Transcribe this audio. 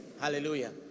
Hallelujah